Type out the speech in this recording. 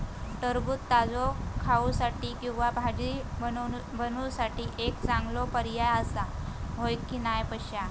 टरबूज ताजो खाऊसाठी किंवा भाजी बनवूसाठी एक चांगलो पर्याय आसा, होय की नाय पश्या?